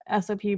SOP